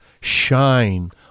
shine